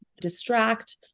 distract